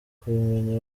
kubimenya